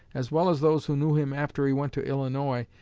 as well as those who knew him after he went to illinois,